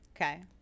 Okay